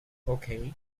okay